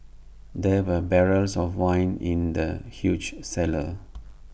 there were barrels of wine in the huge cellar